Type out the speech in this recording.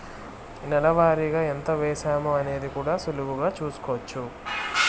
నెల వారిగా ఎంత వేశామో అనేది కూడా సులువుగా చూస్కోచ్చు